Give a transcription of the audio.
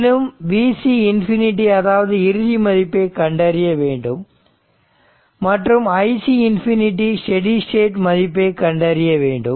மேலும் Vc ∞ அதாவது இறுதி மதிப்பை கண்டறிய வேண்டும் மற்றும் Ic ∞ ஸ்டெடி ஸ்டேட் மதிப்பை கண்டறிய வேண்டும்